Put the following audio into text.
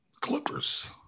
Clippers